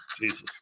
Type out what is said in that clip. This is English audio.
jesus